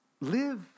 live